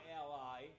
ally